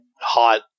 hot